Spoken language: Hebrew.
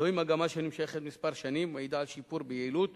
זוהי מגמה שנמשכת כמה שנים ומעידה על שיפור ביעילות